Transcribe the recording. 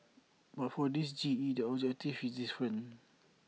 but for this G E the objective is different